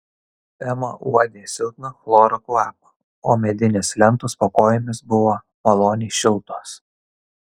ema uodė silpną chloro kvapą o medinės lentos po kojomis buvo maloniai šiltos